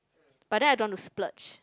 but then I don't want to splurge